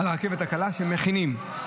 על הרכבת הקלה, שמכינים.